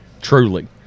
truly